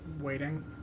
waiting